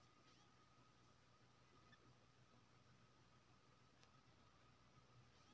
अंत्योदय अन्न योजना पच्चीस दिसम्बर दु हजार इस्बी मे लांच कएल गेल रहय